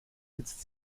sitzt